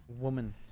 woman